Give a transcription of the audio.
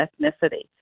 ethnicity